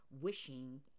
wishing